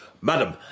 Madam